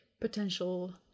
potential